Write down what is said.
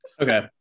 okay